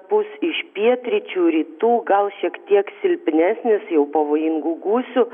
pūs iš pietryčių rytų gal šiek tiek silpnesnis jau pavojingų gūsių